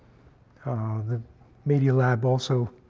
ah the media lab also